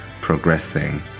progressing